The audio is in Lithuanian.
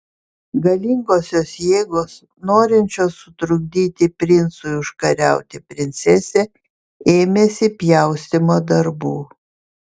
galingosios jėgos norinčios sutrukdyti princui užkariauti princesę ėmėsi pjaustymo darbų